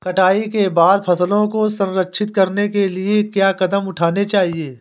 कटाई के बाद फसलों को संरक्षित करने के लिए क्या कदम उठाने चाहिए?